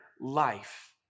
life